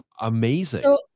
Amazing